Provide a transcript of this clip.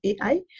AI